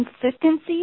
consistency